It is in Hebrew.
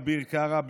אביר קארה,